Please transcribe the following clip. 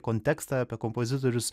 kontekstą apie kompozitorius